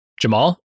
Jamal